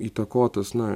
įtakotas na